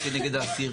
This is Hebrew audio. כנגד האסיר,